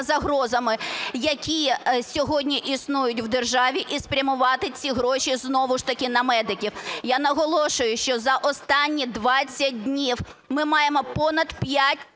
загрозами, які сьогодні існують в державі, і спрямувати ці гроші знову ж таки на медиків. Я наголошую, що за останні 20 днів ми маємо понад 5